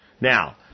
now